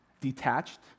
detached